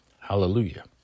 Hallelujah